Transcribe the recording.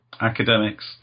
academics